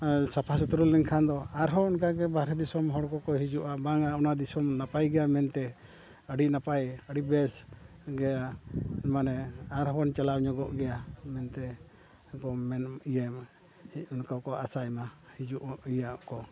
ᱥᱟᱯᱷᱟ ᱥᱩᱛᱨᱟᱹ ᱞᱮᱱᱠᱷᱟᱱ ᱫᱚ ᱟᱨᱦᱚᱸ ᱚᱱᱠᱟ ᱜᱮ ᱵᱟᱨᱦᱮ ᱫᱤᱥᱚᱢ ᱦᱚᱲ ᱠᱚᱠᱚ ᱦᱤᱡᱩᱜᱼᱟ ᱵᱟᱝᱟ ᱚᱱᱟ ᱫᱤᱥᱚᱢ ᱱᱟᱯᱟᱭ ᱜᱮᱭᱟ ᱢᱮᱱᱛᱮ ᱟᱹᱰᱤ ᱱᱟᱯᱟᱭ ᱟᱹᱰᱤ ᱵᱮᱥ ᱜᱮᱭᱟ ᱢᱟᱱᱮ ᱟᱨᱦᱚᱸ ᱵᱚᱱ ᱪᱟᱞᱟᱣ ᱧᱚᱜᱚᱜ ᱜᱮᱭᱟ ᱢᱮᱱᱛᱮ ᱟᱠᱚ ᱢᱮᱱ ᱤᱭᱟᱹᱭ ᱢᱟ ᱚᱱᱠᱟ ᱠᱚ ᱟᱥᱟᱭ ᱢᱟ ᱦᱤᱡᱩᱜ ᱤᱭᱟᱹ ᱠᱚ